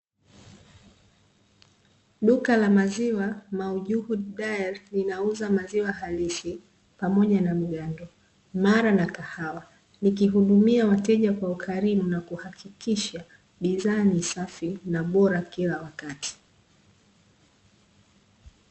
Duka la maziwa "MAU JUHUDI DAIRY" linauza maziwa halisi pamoa na mgando, mara na kahawa, likihudumia wateja kwa ukaribu na kuhakikisha bidhaa ni safi, na bora kila wakati.